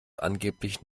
angeblich